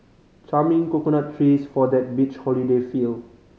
charming coconut trees for that beach holiday feel